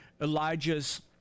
Elijah's